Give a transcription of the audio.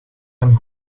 hem